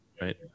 right